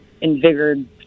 invigorated